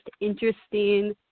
interesting